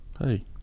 hey